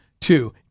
two